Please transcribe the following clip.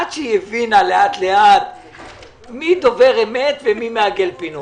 עד שהיא הבינה לאט-לאט מי דובר אמת ומי מעגל פינות...